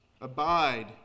Abide